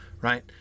right